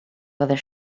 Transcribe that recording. whether